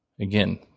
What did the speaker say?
again